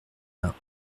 bains